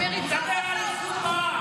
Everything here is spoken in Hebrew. במריצה הוא רצה אותך.